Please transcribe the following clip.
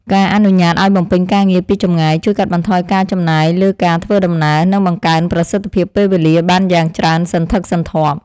ការអនុញ្ញាតឱ្យបំពេញការងារពីចម្ងាយជួយកាត់បន្ថយការចំណាយលើការធ្វើដំណើរ និងបង្កើនប្រសិទ្ធភាពពេលវេលាបានយ៉ាងច្រើនសន្ធឹកសន្ធាប់។